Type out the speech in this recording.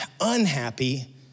unhappy